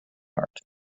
art